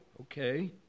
okay